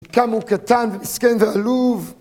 כמה הוא קטן ומסכן ועלוב